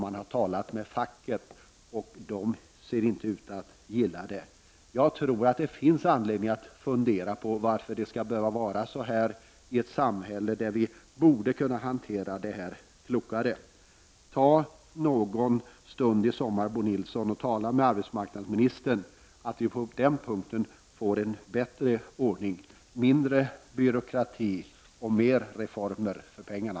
Man har talat med Facket och Facket ser inte ut att gilla det. Jag tror att det finns anledning att fundera på varför det skall behöva vara så i ett samhälle där vi borde kunna hantera frågan klokare. Ta någon stund, Bo Nilsson, och tala med arbetsmarknadsministern så att vi på denna punkt får en bättre ordning: mindre byråkrati och mer reformer för pengarna.